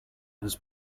has